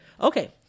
okay